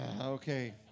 Okay